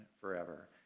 forever